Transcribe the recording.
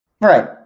Right